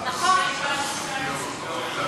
מייצגים ציבור שמגיע לו להשתמש בכל שירותי הדת,